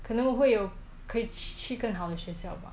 可能我会有可以去更好的学校吧